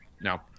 No